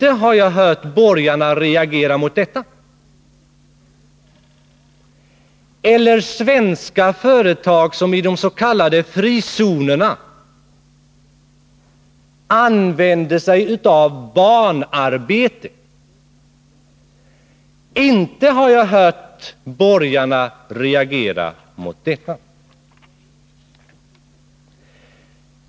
Inte har jag hört borgarna reagera mot detta — eller mot de svenska företag som i de s.k. frizonerna använder sig av barnarbete.